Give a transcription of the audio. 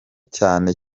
cyane